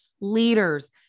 leaders